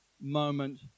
moment